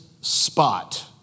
spot